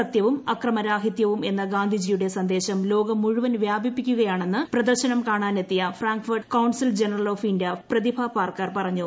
സത്യവും അക്രമരാഹിത്യവും എന്ന ഗാന്ധിജിയുടെ സന്ദേശം ലോകം മുഴുവൻ വ്യാപിക്കുകയാണെന്ന് പ്രദർശനം കാണാനെത്തിയ Frankfurt consul general of India Pratibha Parker പറഞ്ഞു